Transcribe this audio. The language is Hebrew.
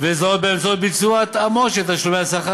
באמצעות ביצוע התאמות של תשלומי השכר